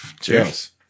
Cheers